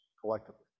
collectively